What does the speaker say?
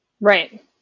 Right